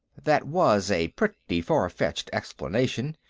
that was a pretty far-fetched explanation,